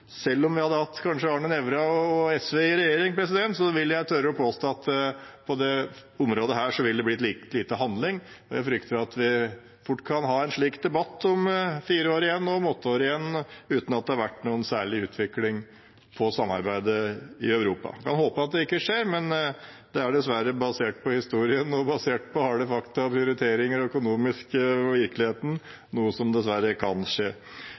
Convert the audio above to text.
Selv om vi kanskje hadde hatt Arne Nævra og SV i regjering, vil jeg tørre å påstå at på dette området ville det blitt litt lite handling. Jeg frykter at vi fort kan ha en slik debatt om fire år igjen eller om åtte år, uten at det har vært noen særlig utvikling av samarbeidet i Europa. Man kan håpe at det ikke skjer, men det er – basert på historien, harde fakta, prioriteringer og den økonomiske virkeligheten – noe som dessverre kan skje.